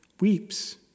weeps